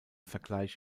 vergleich